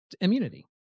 immunity